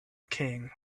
king